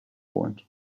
point